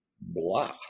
blah